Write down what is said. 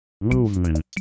Movement